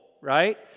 right